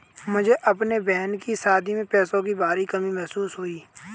मुझे अपने बहन की शादी में पैसों की भारी कमी महसूस हुई